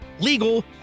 legal